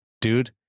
dude